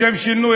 לשם שינוי,